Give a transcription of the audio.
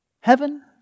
Heaven